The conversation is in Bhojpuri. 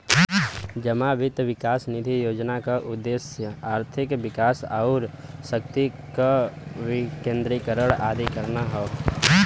जमा वित्त विकास निधि योजना क उद्देश्य आर्थिक विकास आउर शक्ति क विकेन्द्रीकरण आदि करना हौ